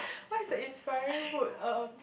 what is an inspiring book um